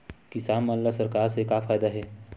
किसान मन ला सरकार से का फ़ायदा हे?